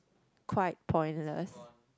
quite pointless